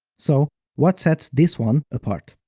so what sets this one apart?